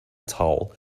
towel